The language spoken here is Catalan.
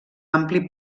ampli